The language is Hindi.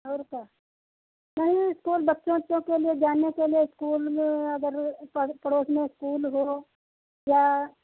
और का नहीं स्कूल बच्चों उच्चों के लिए जाने के लिए स्कूल अगर पड़ पड़ोस में स्कूल हो या